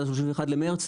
עד ה- 31 למרץ,